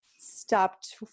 stopped